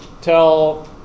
tell